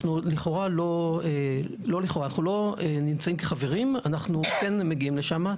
אנחנו מגיעים לוועדות,